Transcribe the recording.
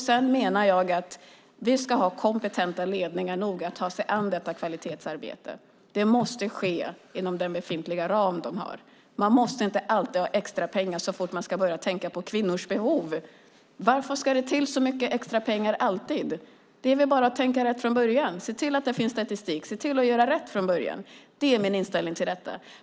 Jag menar att vi ska ha ledningar som är kompetenta nog att ta sig an detta kvalitetsarbete. Det måste ske inom den befintliga ram de har. Man måste inte alltid ha extra pengar så fort man ska börja tänka på kvinnors behov. Varför ska det alltid till så mycket extra pengar? Det är väl bara att tänka rätt från början, se till att det finns statistik och se till att göra rätt från början. Det är min inställning till detta.